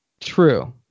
True